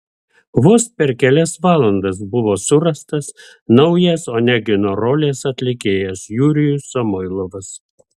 vos per kelias valandas buvo surastas naujas onegino rolės atlikėjas jurijus samoilovas